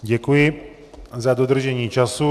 Děkuji za dodržení času.